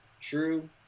true